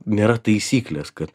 nėra taisyklės kad